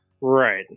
right